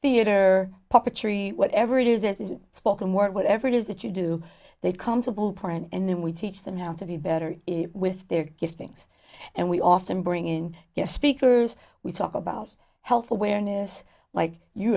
theater puppetry whatever it is it is spoken word whatever it is that you do they come to ballpark and then we teach them how to be better with their gifts things and we often bring in your speakers we talk about health awareness like you